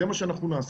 זה מה שאנחנו נעשה.